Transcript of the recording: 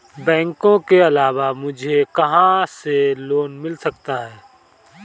बैंकों के अलावा मुझे कहां से लोंन मिल सकता है?